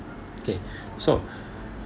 okay so